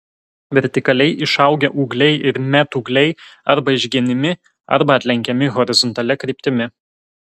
vertikaliai išaugę ūgliai ir metūgliai arba išgenimi arba atlenkiami horizontalia kryptimi